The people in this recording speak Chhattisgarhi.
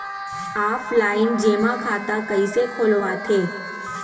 ऑफलाइन जेमा खाता कइसे खोलवाथे?